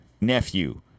nephew